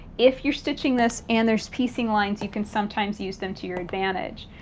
if you're stitching this and there's piecing lines, you can sometimes use them to your advantage.